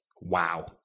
Wow